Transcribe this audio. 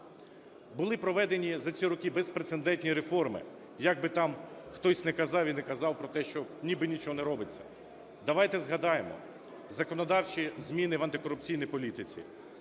Були проведені за ці роки безпрецедентні реформи, як би там хтось не казав і не казав про те, що ніби нічого не робиться. Давайте згадаємо: законодавчі зміни в антикорупційній політиці,